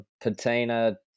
patina